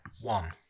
one